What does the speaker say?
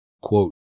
Quote